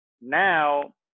Now